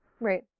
Right